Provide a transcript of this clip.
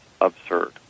absurd